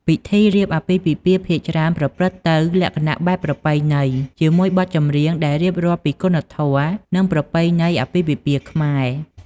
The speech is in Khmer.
ពិធីរៀបអាពាហ៍ពិពាហ៍ភាគច្រើនប្រព្រឹត្តទៅលក្ខណៈបែបប្រពៃណី ជាមួយបទចម្រៀងដែលរៀបរាប់ពីគុណធម៌ និងប្រពៃណីអាពាហ៍ពិពាហ៍ខ្មែរ។